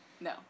No